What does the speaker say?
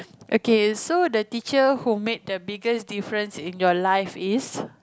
okay so the teacher who made the biggest difference in your life is